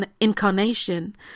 incarnation